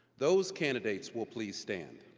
those candidates will please stand.